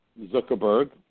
Zuckerberg